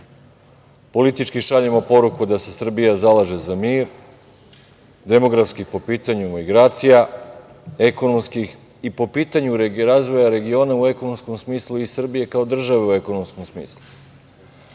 šaljemo poruku da se Srbija zalaže za mir. Demografski po pitanju migracija ekonomskih. Po pitanju razvoja regiona u ekonomskom smislu i Srbije kao države u ekonomskom smislu,